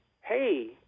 hey